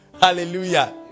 Hallelujah